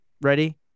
ready